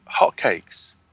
hotcakes